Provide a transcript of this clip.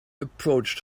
approached